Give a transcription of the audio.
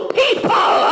people